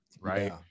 right